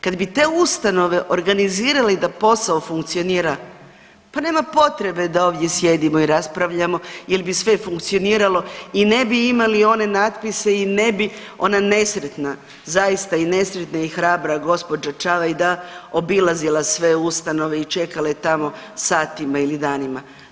Kad bi te ustanove organizirali da posao funkcionira, pa nema potreba da ovdje sjedimo i raspravljamo jer bi sve funkcioniralo i ne bi imali one natpise i ne bi ona nesretna, zaista i nesretna i hrabra gospođa Čavajda obilazila sve ustanove i čekala je tamo satima ili danima.